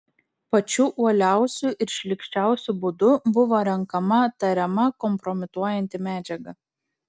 pačiu uoliausiu ir šlykščiausiu būdu buvo renkama tariama kompromituojanti medžiaga